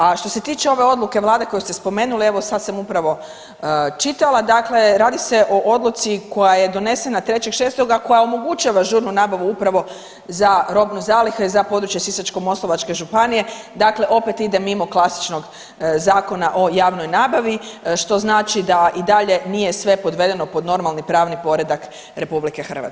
A što se tiče ove odluke Vlade koju ste spomenuli, evo sad sam upravo čitala, dakle radi se o odluci koja je donesena 3.6. koja omogućava žurnu nabavu upravo za robne zalihe za područje Sisačko-moslavačke županije, dakle opet ide mimo klasičnog Zakona o javnoj nabavi, što znači da i dalje nije sve podvedeno pod normalni pravni poredak RH.